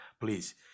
please